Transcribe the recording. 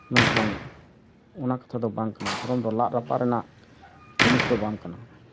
ᱢᱮᱱᱠᱷᱟᱱ ᱚᱱᱟ ᱠᱟᱛᱷᱟ ᱫᱚ ᱵᱟᱝ ᱠᱟᱱᱟ ᱫᱷᱚᱨᱚᱢ ᱫᱚ ᱞᱟᱫ ᱨᱟᱯᱟᱜ ᱨᱮᱱᱟᱜ ᱡᱤᱱᱤᱥ ᱫᱚ ᱵᱟᱝ ᱠᱟᱱᱟ